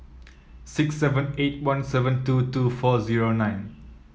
six seven eight one seven two two four zero nine